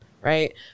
right